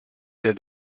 der